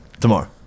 Tomorrow